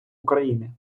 україни